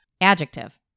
Adjective